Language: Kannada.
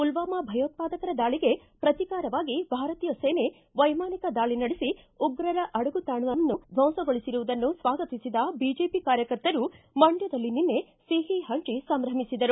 ಪುಲ್ವಾಮಾ ಭಯೋತ್ಪಾದಕರ ದಾಳಿಗೆ ಪ್ರತೀಕಾರವಾಗಿ ಭಾರತೀಯ ಸೇನೆ ವೈಮಾನಿಕ ದಾಳಿ ನಡೆಸಿ ಉಗ್ರರ ಅಡಗು ತಾಣವನ್ನು ದ್ವಂಸಗೊಳಿಸಿರುವುದನ್ನು ಸ್ವಾಗತಿಸಿದ ಬಿಜೆಪಿ ಕಾರ್ಯಕರ್ತರು ಮಂಡ್ಯದಲ್ಲಿ ನಿನ್ನೆ ಸಿಹಿ ಹಂಚಿ ಸಂಭ್ರಮಿಸಿದರು